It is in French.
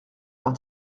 d’un